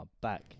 back